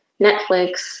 netflix